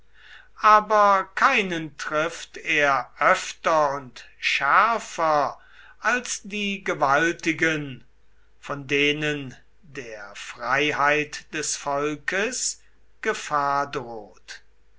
aber keinen trifft er öfter und schärfer als die gewaltigen von denen der freiheit des volkes gefahr droht